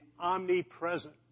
omnipresent